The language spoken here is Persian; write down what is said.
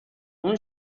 اون